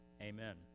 Amen